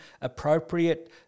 appropriate